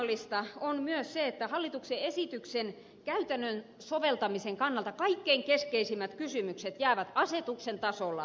ongelmallista on myös se että hallituksen esityksen käytännön soveltamisen kannalta kaikkein keskeisimmät kysymykset jäävät asetuksen tasolla säädettäviksi